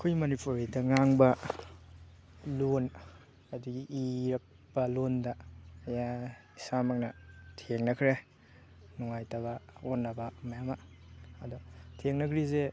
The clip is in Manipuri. ꯑꯩꯈꯣꯏ ꯃꯅꯤꯄꯨꯔꯤꯗ ꯉꯥꯡꯕ ꯂꯣꯟ ꯑꯗꯒꯤ ꯏꯔꯛꯄ ꯂꯣꯟꯗ ꯀꯌꯥ ꯏꯁꯥꯃꯛꯅ ꯊꯦꯡꯅꯈ꯭ꯔꯦ ꯅꯨꯡꯉꯥꯏꯇꯕ ꯑꯣꯟꯅꯕ ꯃꯌꯥꯝ ꯑꯃ ꯑꯗꯣ ꯊꯦꯡꯅꯈ꯭ꯔꯤꯁꯦ